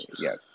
yes